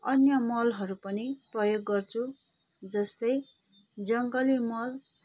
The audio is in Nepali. अन्य मलहरू पनि प्रयोग गर्छु जस्तै जङ्गली मल